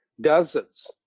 dozens